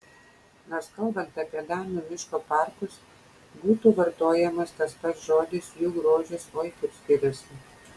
nors kalbant apie danų miško parkus būtų vartojamas tas pats žodis jų grožis oi kaip skiriasi